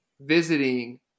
visiting